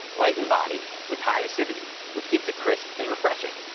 light in body with high acidity which keeps it crisp and refreshing.